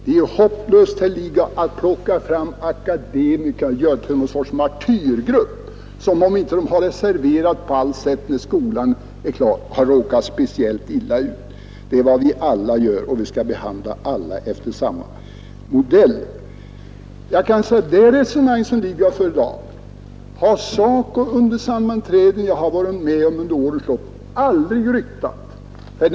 Det är hopplöst, herr Lidgard, att plocka fram akademikerna och göra dem till någon sorts martyrgrupp som, om de inte har det serverat på allt sätt när skolan är klar, har råkat speciellt illa ut. Det är vad vi alla kan göra, och vi skall behandla alla efter samma modell. Det resonemang som herr Lidgard fört här i dag har SACO under sammanträden som jag varit med om under årens lopp aldrig anslutit sig till.